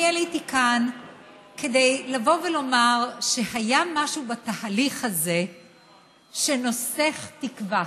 אני עליתי כאן כדי לבוא ולומר שהיה משהו בתהליך הזה שנוסך תקווה.